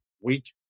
week